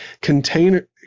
Container